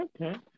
Okay